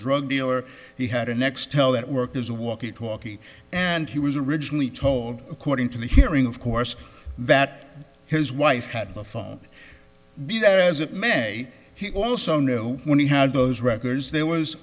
drug dealer he had a nextel that worked as a walkie talkie and he was originally told according to the hearing of course that his wife had a phone be that as it may he also knew when he had those records there was